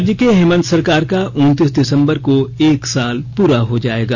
राज्य के हेमंत सरकार का उनतीस दिसंबर को एक साल प्ररा हो जायेगा